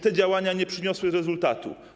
Te działania nie przyniosły rezultatu.